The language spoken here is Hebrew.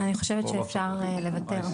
אני חושבת שאפשר לוותר.